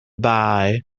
bye